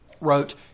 wrote